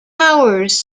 towers